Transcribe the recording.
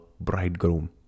bridegroom